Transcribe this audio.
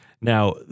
Now